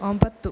ಒಂಬತ್ತು